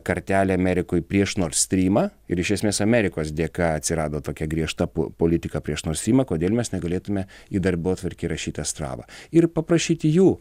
kartelę amerikoj prieš nordstrymą ir iš esmės amerikos dėka atsirado tokia griežta pu politiką prieš nordstrymą kodėl mes negalėtume į darbotvarkę įrašyt astravą ir paprašyti jų